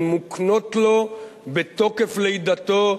הן מוקנות לו בתוקף לידתו,